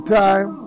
time